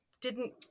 didn't-